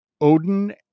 Odin